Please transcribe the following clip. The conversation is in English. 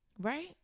Right